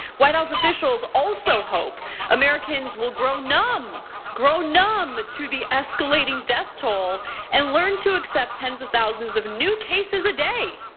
white house officials also hope americans will grow numb, grow numb to the escalating death toll and learn to accept tens of thousands of new cases a day.